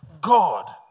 God